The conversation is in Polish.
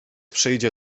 przyjdzie